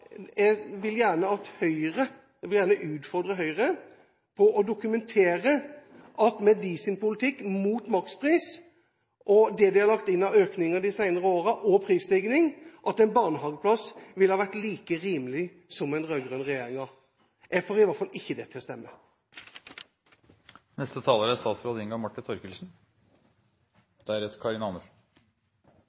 jeg det er rimelig lett å argumentere for. Jeg vil gjerne utfordre Høyre til å dokumentere at en barnehageplass med deres politikk, som er mot makspris, og det vi har lagt inn av økninger de siste årene pluss prisstigning, ville vært like rimelig som med den rød-grønne regjeringen. Jeg får i hvert fall ikke det til å stemme. Jeg håper at likestillingspolitikk skal bli et tema i valgkampen neste